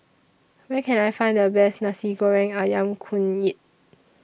Where Can I Find The Best Nasi Goreng Ayam Kunyit